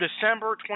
December